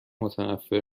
متنفر